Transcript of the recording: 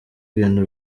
ibintu